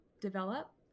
develop